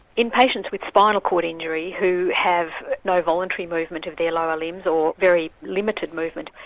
in patients with spinal cord injury who have no voluntary movement of their lower limbs, or very limited movement,